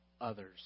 others